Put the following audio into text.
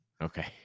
okay